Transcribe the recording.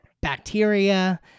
Bacteria